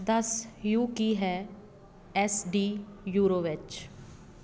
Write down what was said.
ਦਸ ਯੂ ਕੀ ਹੈ ਐੱਸ ਡੀ ਯੂਰੋ ਵਿੱਚ